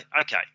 okay